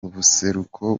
ubuseruko